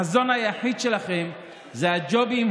החזון היחיד שלכם זה הג'ובים,